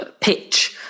pitch